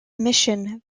mission